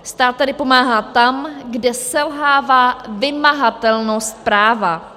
Stát tady pomáhá tam, kde selhává vymahatelnost práva.